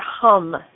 hum